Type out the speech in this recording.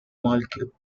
molecule